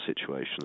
situations